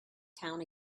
town